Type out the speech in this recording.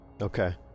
okay